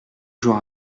jours